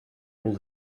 able